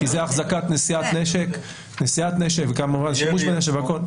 כי זה החזקת, נשיאת נשק וגם שימוש בנשק והכול.